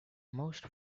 most